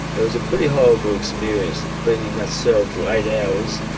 it was a pretty horrible experience, being in that cell for eight hours,